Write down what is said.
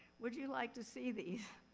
would you like to see these?